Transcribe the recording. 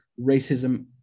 racism